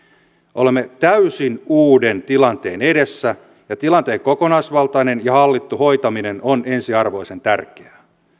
olemme täysin uuden tilanteen edessä ja tilanteen kokonaisvaltainen ja hallittu hoitaminen on ensiarvoisen tärkeää